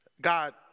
God